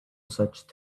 such